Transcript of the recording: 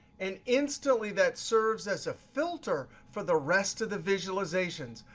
and instantly that serves as a filter for the rest of the visualizations.